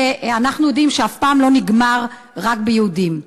שאנחנו יודעים שאף פעם לא נגמר רק ביהודים.